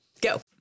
Go